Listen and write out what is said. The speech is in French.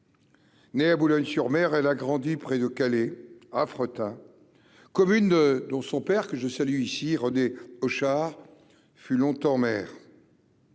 Né à Boulogne sur Mer, elle a grandi près de Calais a fretin communes dont son père que je salue ici René Hauchard fut longtemps maire.